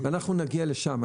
ואנחנו נגיע לשם,